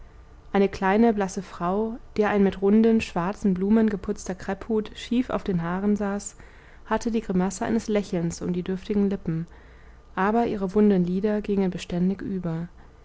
eine kleine blasse frau der ein mit runden schwarzen blumen geputzter krepphut schief auf den haaren saß hatte die grimasse eines lächelns um die dürftigen lippen aber ihre wunden lider gingen beständig über